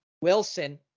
Wilson